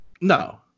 No